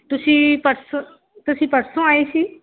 ਤੁਸੀਂ ਪਰਸੋ ਤੁਸੀਂ ਪਰਸੋਂ ਆਏ ਸੀ